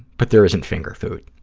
but there isn't finger food.